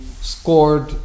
scored